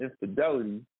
infidelity